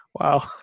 wow